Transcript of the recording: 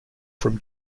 from